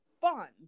fun